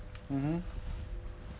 mmhmm